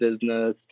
business